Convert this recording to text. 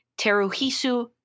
Teruhisu